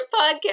podcast